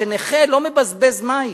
שנכה לא מבזבז מים.